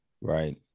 Right